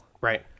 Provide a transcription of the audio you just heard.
right